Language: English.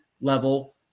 level